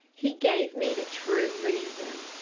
he gave me the true reason.